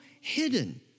hidden